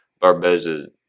Barboza's